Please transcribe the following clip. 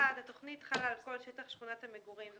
שהתכנית חלה על כל שטח שכונת המגורים,